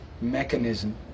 mechanism